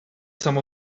some